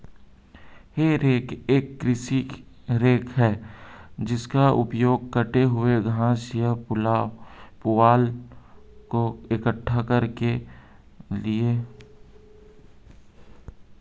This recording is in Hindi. हे रेक एक कृषि रेक है जिसका उपयोग कटे हुए घास या पुआल को इकट्ठा करने के लिए किया जाता है